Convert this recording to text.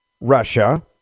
Russia